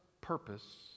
purpose